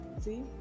See